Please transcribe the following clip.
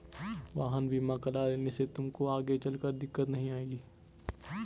वाहन बीमा करा लेने से तुमको आगे चलकर दिक्कत नहीं आएगी